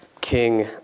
King